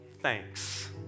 thanks